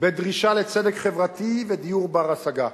בדרישה לצדק חברתי ודיור בר-השגה.